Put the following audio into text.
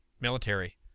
military